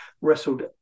wrestled